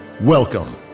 welcome